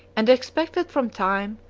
and expected from time,